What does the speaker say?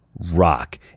Rock